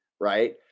right